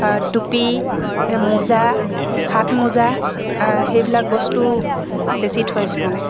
টুপী মোজা হাতমোজা সেইবিলাক বস্তু বেছি থৈছোঁ মানে